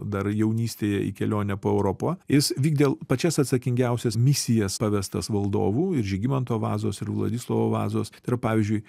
dar jaunystėje į kelionę po europą jis vykdė pačias atsakingiausias misijas pavestas valdovų ir žygimanto vazos ir vladislovo vazos tai yra pavyzdžiui